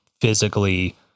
physically